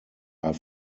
are